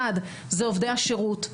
אחד אלה עובדי השירות,